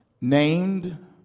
named